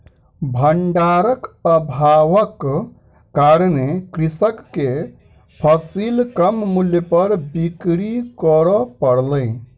भण्डारक अभावक कारणेँ कृषक के फसिल कम मूल्य पर बिक्री कर पड़लै